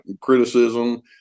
criticism